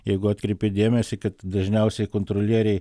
jeigu atkreipėt dėmesį kad dažniausiai kontrolieriai